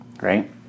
right